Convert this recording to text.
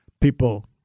people